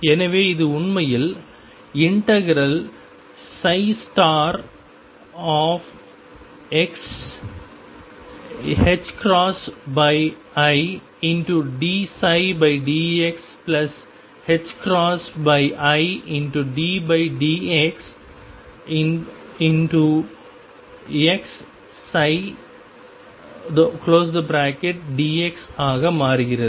எனவே இது உண்மையில் ∫xidψdxiddxxψdx ஆக மாறுகிறது